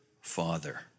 father